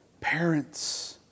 parents